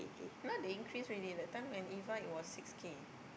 now they increase already that time when Eva it was six K